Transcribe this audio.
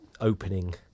opening